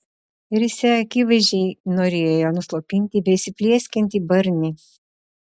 risia akivaizdžiai norėjo nuslopinti beįsiplieskiantį barnį